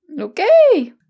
Okay